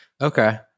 Okay